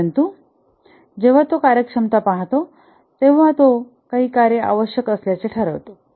परंतु जेव्हा तो कार्यक्षमता पाहतो तेव्हा तो काही कार्ये आवश्यक असल्याचे ठरवतो